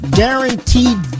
guaranteed